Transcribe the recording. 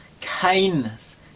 kindness